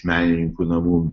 menininkų namų